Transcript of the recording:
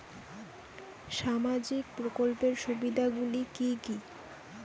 সামাজিক প্রকল্পের সুবিধাগুলি কি কি?